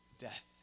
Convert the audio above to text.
Death